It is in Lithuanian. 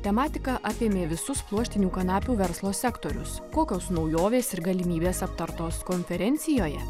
tematiką apėmė visus pluoštinių kanapių verslo sektorius kokios naujovės ir galimybės aptartos konferencijoje